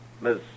Miss